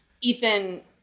Ethan